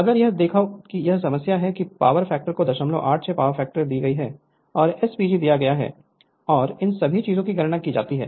अगर यह देखो कि यह समस्या है कि पावर फैक्टर को 086 पावर फैक्टर दिए गए हैं और SPG दिया गया है और इन सभी चीजों की गणना की जाती है